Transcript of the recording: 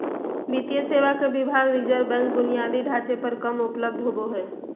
वित्तीय सेवा के विभाग रिज़र्व बैंक बुनियादी ढांचे पर कम उपलब्ध होबो हइ